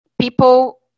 people